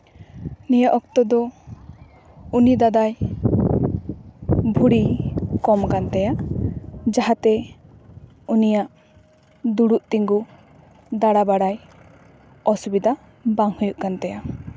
ᱱᱤᱭᱟᱹ ᱚᱠᱛᱚ ᱫᱚ ᱩᱱᱤ ᱫᱟᱫᱟᱭ ᱵᱷᱩᱲᱤ ᱠᱚᱢ ᱠᱟᱱ ᱛᱟᱭᱟ ᱡᱟᱦᱟᱸ ᱛᱮ ᱩᱱᱤᱭᱟᱜ ᱫᱩᱲᱩᱵ ᱛᱤᱸᱜᱩ ᱫᱟᱬᱟ ᱵᱟᱲᱟᱭ ᱚᱥᱩᱵᱤᱫᱷᱟ ᱵᱟᱝ ᱦᱩᱭᱩᱜ ᱠᱟᱱ ᱛᱟᱭᱟ